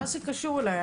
מה זה קשור אליי?